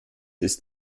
ist